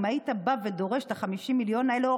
אם היית בא ודורש את ה-50 מיליון האלה,